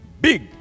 big